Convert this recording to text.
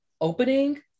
opening